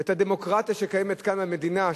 ואת הדמוקרטיה שקיימת במדינה,